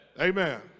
Amen